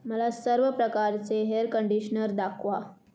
मला सर्व प्रकारचे हेअर कंडिशनर दाखवा